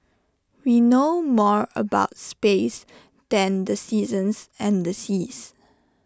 we know more about space than the seasons and the seas